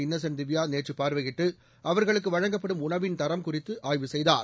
Innocent Divya நேற்று பார்வையிட்டு அவர்களுக்கு வழங்கப்படும் உணவின் தரம் குறித்து ஆய்வு செய்தார்